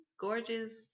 gorgeous